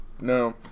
no